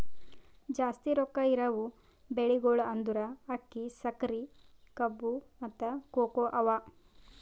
ಜಾಸ್ತಿ ರೊಕ್ಕಾ ಇರವು ಬೆಳಿಗೊಳ್ ಅಂದುರ್ ಅಕ್ಕಿ, ಸಕರಿ, ಕಬ್ಬು, ಮತ್ತ ಕೋಕೋ ಅವಾ